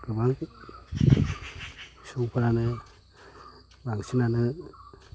गोबां सुबुंफोरानो बांसिनानो